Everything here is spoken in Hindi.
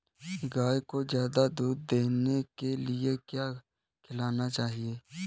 गाय को ज्यादा दूध देने के लिए क्या खिलाना चाहिए?